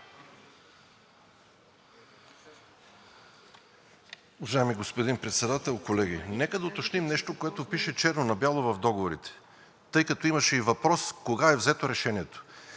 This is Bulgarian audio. Уважаеми господин Председател, колеги! Нека да уточним нещо, което пише черно на бяло в договорите, тъй като имаше и въпрос кога е взето Решението.